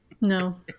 No